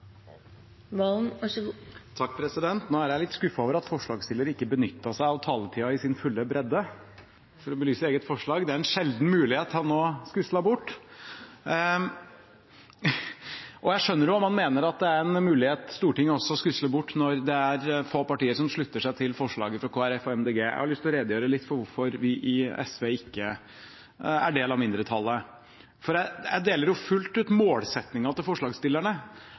er litt skuffet over at forslagsstilleren ikke benyttet seg av taletida i dens fulle bredde for å belyse eget forslag. Det er en sjelden mulighet han nå skuslet bort. Og jeg skjønner jo om han mener at det er en mulighet også Stortinget skusler bort, når det er få partier som slutter seg til representantforslaget fra Kristelig Folkeparti og Miljøpartiet De Grønne. Jeg har lyst til å redegjøre litt for hvorfor vi i SV ikke er del av mindretallet. Jeg deler fullt ut målsettingen til forslagsstillerne,